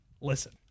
Listen